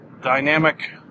dynamic